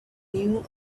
knew